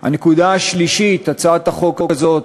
הנקודה השלישית, הצעת החוק הזאת